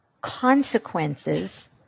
consequences